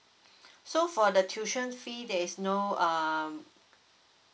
so for the tuition fee there is no um